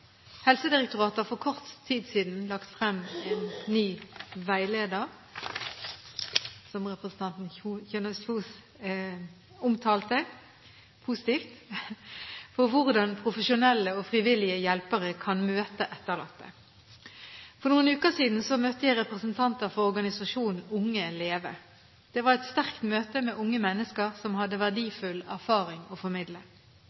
Helsedirektoratet har for kort tid siden lagt frem en ny veileder, som representanten Kjønaas Kjos omtalte positivt, for hvordan profesjonelle og frivillige hjelpere kan møte etterlatte. For noen uker siden møtte jeg representanter for organisasjonen Unge LEVE. Det var et sterkt møte med unge mennesker som hadde verdifull erfaring å formidle.